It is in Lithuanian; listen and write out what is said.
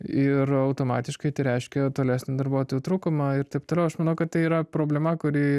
ir automatiškai reiškia tolesnį darbuotojų trūkumą ir taip toliau aš manau kad tai yra problema kuri